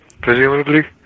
presumably